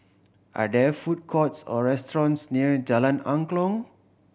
are there food courts or restaurants near Jalan Angklong